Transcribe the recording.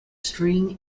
string